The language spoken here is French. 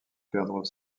perdent